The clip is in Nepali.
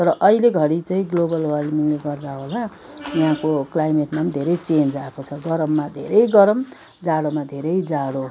तर अहिले घडी चाहिँ ग्लोबल वार्मिङले गर्दा होला यहाँको क्लाइमेटमा पनि धेरै चेन्ज आएको छ गरममा धेरै गरम जाडोमा धेरै जाडो